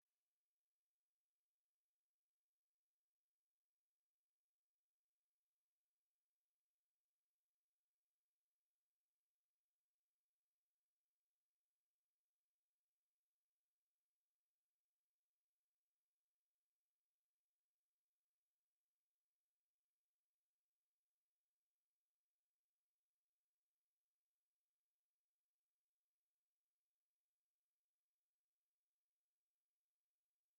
Ni icyumba cy'ishuri kirimo intebe nyinshi zisa ubururu kandi harimo n'abantu batatu, harimo abakobwa babiri n'umuhungu umwe. Icyo cyumba barimo giteye irange risa umuhondo ndetse hasi harimo amakaro asa umweru. Abo banyeshuri barimo barifata amafoto ubona ko bishimiye kuba biga muri Kaminuza y'u Rwanda Ishami rya Nyagatare.